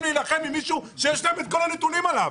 להילחם עם מישהו שיש להם את כל הנתונים עליו.